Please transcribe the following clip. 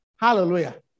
Hallelujah